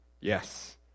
Yes